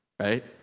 Right